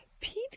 Pete